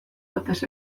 batez